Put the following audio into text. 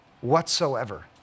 whatsoever